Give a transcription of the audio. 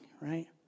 right